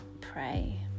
pray